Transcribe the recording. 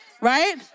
right